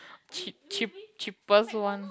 cheap cheap cheapest one